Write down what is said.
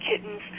kittens